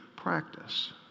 Practice